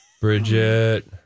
bridget